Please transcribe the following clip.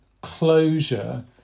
closure